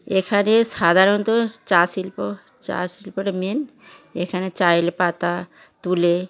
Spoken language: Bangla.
এখানে সাধারণত চা শিল্প চা শিল্পটা মেইন এখানে চা পাতা তুলে